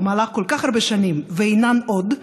במהלך כל כך הרבה שנים ואינן עוד,